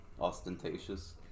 ostentatious